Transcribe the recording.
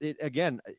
again